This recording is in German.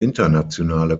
internationale